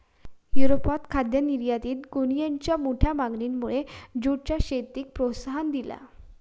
युरोपात खाद्य निर्यातीत गोणीयेंच्या मोठ्या मागणीमुळे जूटच्या शेतीक प्रोत्साहन दिला